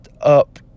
up